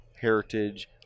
heritage